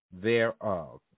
Thereof